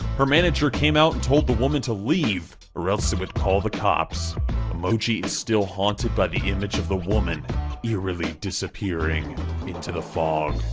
her manager came out and told the woman to leave or else they would call the cops. emojie is still haunted by the image of the woman eerily disappearing into the fog,